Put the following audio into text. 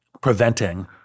preventing